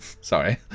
Sorry